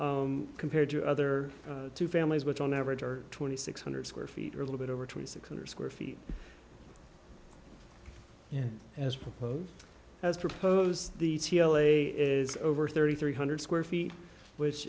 small compared to other two families which on average are twenty six hundred square feet or a little bit over twenty six hundred square feet and as proposed as proposed the t l a is over thirty three hundred square feet which